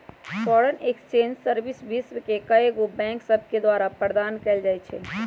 foreign exchange service विश्व के कएगो बैंक सभके द्वारा प्रदान कएल जाइ छइ